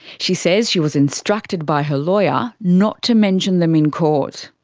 she says she was instructed by her lawyer not to mention them in court.